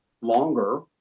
longer